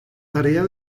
tarea